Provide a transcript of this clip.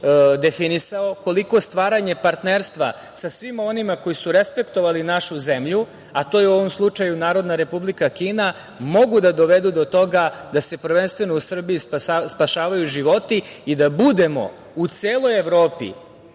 definisao, koliko stvaranje partnerstva sa svima onima koji su respektovali našu zemlju, a to je u ovom slučaju Narodna Republika Kina, mogu da dovedu do toga da se prvenstveno u Srbiji spašavaju životi i da budemo u celoj Evropi